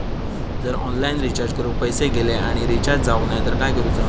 जर online recharge करून पैसे गेले आणि रिचार्ज जावक नाय तर काय करूचा?